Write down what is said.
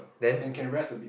then